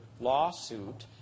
lawsuit